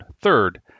Third